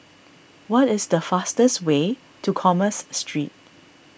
what is the fastest way to Commerce Street